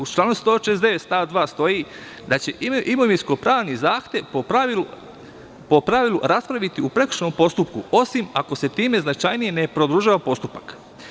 U članu 169. stav 2. stoji da će imovinsko-pravni zahtev po pravilu raspraviti u prekršajnom postupku, osim ako se time značajnije ne produžava postupak.